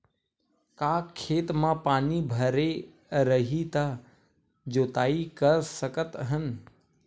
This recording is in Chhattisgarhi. का खेत म पानी भरे रही त जोताई कर सकत हन?